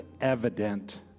evident